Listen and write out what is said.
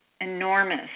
enormous